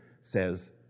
says